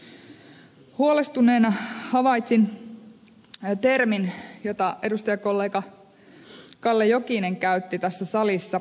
huolestuneena havaitsin termin jota edustajakollega kalle jokinen käytti tässä salissa